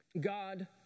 God